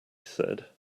said